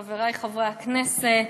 הכנסת, חבריי חברי הכנסת,